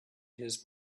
his